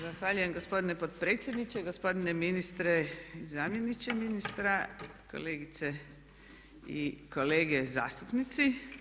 Zahvaljujem gospodine potpredsjedniče, gospodine ministre, zamjeniče ministra, kolegice i kolege zastupnici.